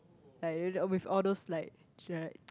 like with all those like Jack